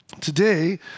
Today